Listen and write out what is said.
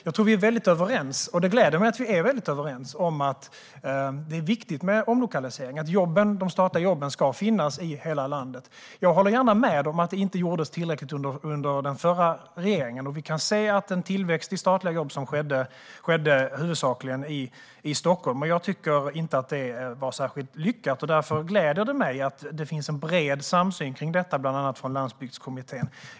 Jag tror att vi är väldigt överens om att det är viktigt med omlokalisering och att de statliga jobben ska finnas i hela landet. Det gläder mig att vi är väldigt överens om det. Jag håller gärna med om att det inte gjordes tillräckligt under den förra regeringens tid. Vi kan se att den tillväxt som skedde i statliga jobb huvudsakligen skedde i Stockholm. Det tycker jag inte var särskilt lyckat. Därför gläder det mig att det finns en bred samsyn om detta, bland annat från Landsbygdskommittén.